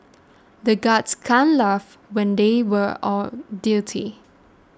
the guards can't laugh when they were on duty